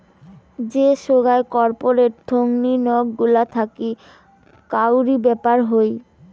যে সোগায় কর্পোরেট থোঙনি নক গুলা থাকি কাউরি ব্যাপার হই